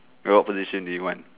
rob position do you want